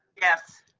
yes.